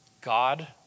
God